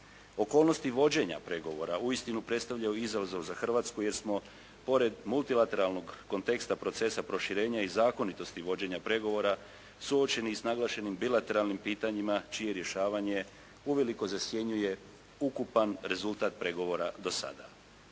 Okolnosti vođenja pregovora uistinu predstavljaju izazov za Hrvatsku jer smo pored multilateralnog konteksta procesa proširenja i zakonitosti vođenja pregovora suočeni i s naglašenim bilateralnim pitanjima čija rješavanje uveliko zasjenjuje ukupan rezultat pregovora dosada.